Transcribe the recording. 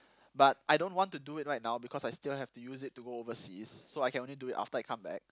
but I don't want to do it right now because I still have to use it to go overseas so I can only do it after I come back